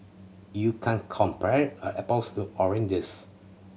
you can't compare a apples to oranges